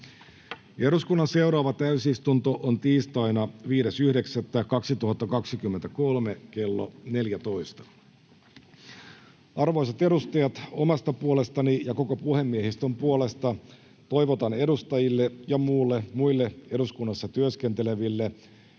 16 - Seuraava täysistunto Time: N/A Content: Arvoisat edustajat! Omasta puolestani ja koko puhemiehistön puolesta toivotan edustajille ja muille eduskunnassa työskenteleville